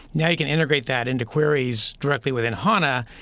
now you can integrate that into queries directly within hana.